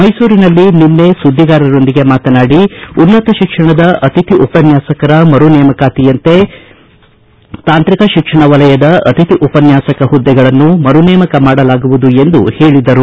ಮೈಸೂರಿನಲ್ಲಿ ನಿನ್ನೆ ಸುದ್ದಿಗಾರರೊಂದಿಗೆ ಮಾತನಾಡಿ ಉನ್ನತ ಶಿಕ್ಷಣದ ಅತಿಥಿ ಉಪನ್ಯಾಸಕರ ಮರು ನೇಮಕಾತಿಯಂತೆ ತಾಂತ್ರಿಕ ಶಿಕ್ಷಣ ವಲಯದ ಅತಿಥಿ ಉಪನ್ಯಾಸಕ ಪುದ್ದೆಗಳನ್ನು ಮರುನೇಮಕ ಮಾಡಲಾಗುವುದು ಎಂದು ಪೇಳಿದರು